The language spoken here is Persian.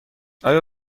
آیا